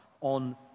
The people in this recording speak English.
on